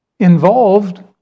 Involved